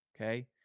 Okay